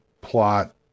plot